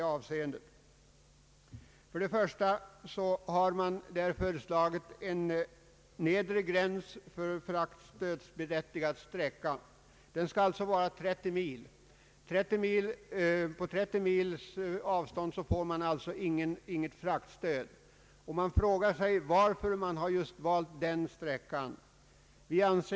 Först och främst har man föreslagit en nedre gräns för fraktstödsberättigad sträcka. Under 30 mils avstånd utgår inte något fraktstöd. Man frågar sig varför just denna sträcka har valts.